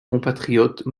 compatriote